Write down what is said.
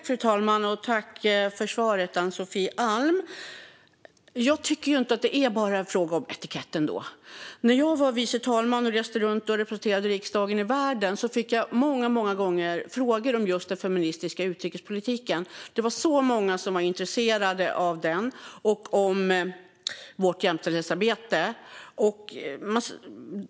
Fru talman! Jag tackar Ann-Sofie Alm för svaret. Jag tycker ändå inte att det bara är en fråga om etiketter. När jag var vice talman och reste runt och representerade riksdagen i världen fick jag många gånger frågor om just den feministiska utrikespolitiken. Det var många som var intresserade av den och av vårt jämställdhetsarbete.